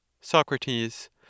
Socrates